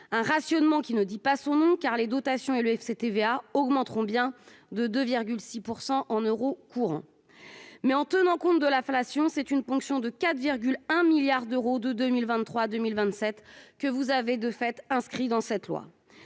un rationnement qui ne dit pas son nom ! Certes, les dotations et le FCTVA augmenteront bien de 2,6 % en euros courants. Mais, en tenant compte de l'inflation, c'est une ponction de 4,1 milliards d'euros de 2023 à 2027 que vous avez inscrite dans la loi.